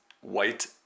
White